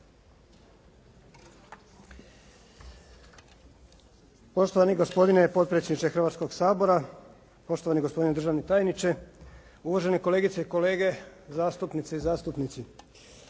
Poštovani gospodine potpredsjedniče Hrvatskoga sabora, poštovani gospodine državni tajniče, uvažene kolegice i kolege zastupnice i zastupnici.